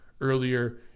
earlier